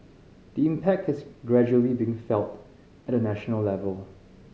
the impact is gradually being felt at the national level